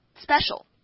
special